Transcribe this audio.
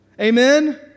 Amen